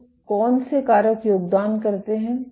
तो कौन से कारक योगदान करते हैं